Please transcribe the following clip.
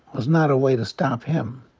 was not a way to stop him.